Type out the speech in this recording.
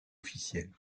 officielle